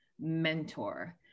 mentor